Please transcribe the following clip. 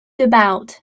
about